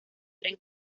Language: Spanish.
tren